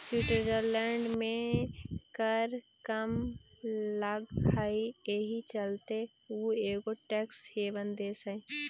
Switzerland में कर कम लग हई एहि चलते उ एगो टैक्स हेवन देश हई